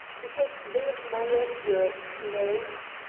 because they admire your clothes?